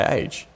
age